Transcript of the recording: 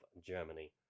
Germany